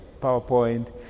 PowerPoint